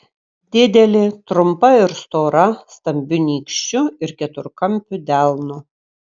didelė trumpa ir stora stambiu nykščiu ir keturkampiu delnu